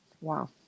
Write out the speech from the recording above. Wow